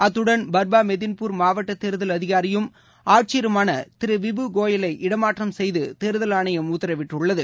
அத்துடன் பர்பாமெதின்பூர் மாவட்டதேர்தல் அதிகாரியும் ஆட்சியருமானதிருவிபு கோயலை இடமாற்றம் செய்துதேர்தல் ஆணையம் உத்தரவிட்டுள்ளது